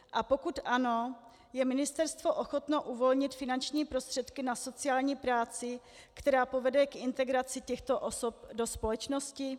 A pokud ano, je ministerstvo ochotno uvolnit finanční prostředky na sociální práci, která povede k integraci těchto osob do společnosti?